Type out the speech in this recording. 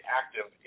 active